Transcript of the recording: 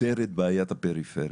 פותר את בעיית הפריפריה.